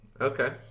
Okay